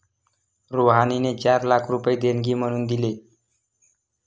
रुहानीने चार लाख रुपये देणगी म्हणून दिले